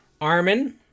armin